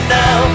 now